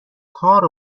کار